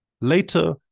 Later